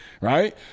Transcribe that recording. right